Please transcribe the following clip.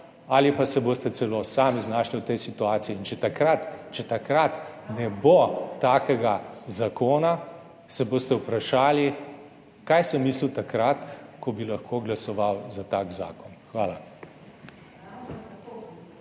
ali pa se boste celo sami znašli v tej situaciji, in če takrat ne bo takega zakona, se boste vprašali, kaj sem mislil takrat, ko bi lahko glasoval za tak zakon. Hvala.